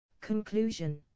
Conclusion